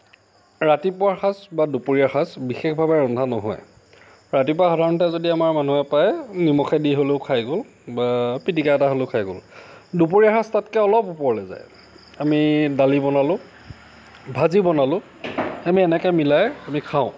ৰাতিপুৱাৰ সাঁজ বা দুপৰীয়া সাঁজ বিশেষভাৱে ৰন্ধা নহয় ৰাতিপুৱা সাধাৰণতে যদি আমাৰ মানুহে পায় নিমখেদি হ'লেও খাই গ'ল বা পিটিকা এটাৰে হ'লেও খাই গ'ল দুপৰীয়া সাজ তাতকৈ অলপ ওপৰলৈ যায় আমি দালি বনালোঁ ভাজি বনালোঁ আমি এনেকৈ মিলাই আমি খাওঁ